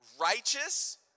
righteous